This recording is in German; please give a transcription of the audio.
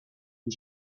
die